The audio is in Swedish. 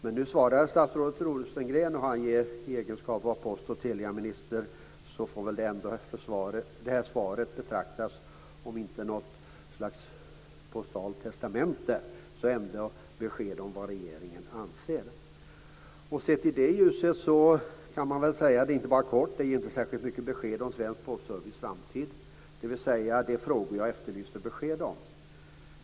Men när nu statsrådet Rosengren svarar i egenskap av Postoch Teliaminister får väl ändå svaret betraktas, om inte som något slags postalt testamente så är det ändå ett besked om vad regeringen anser. Sett i det ljuset är svaret inte bara kort, det ger inte heller särskilt mycket besked om framtiden för svensk postservice, dvs. de frågor jag efterlyste svar på.